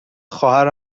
خواهر